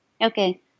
Okay